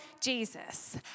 Jesus